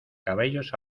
cabellos